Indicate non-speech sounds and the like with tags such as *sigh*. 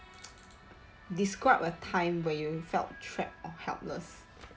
*noise* describe a time where you felt trapped or helpless